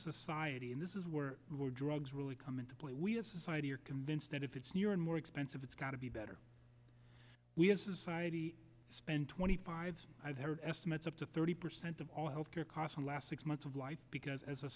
society and this is where we're drugs really come into play we as a society are convinced that if it's new and more expensive it's got to be better we have society spend twenty five i've heard estimates up to thirty percent of all health care costs in last six months of life because as a